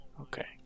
Okay